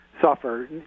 Suffer